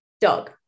dog